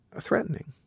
threatening